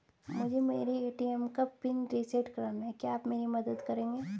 मुझे मेरे ए.टी.एम का पिन रीसेट कराना है क्या आप मेरी मदद करेंगे?